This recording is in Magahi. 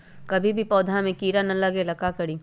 कभी भी पौधा में कीरा न लगे ये ला का करी?